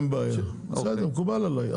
מקובל עליי.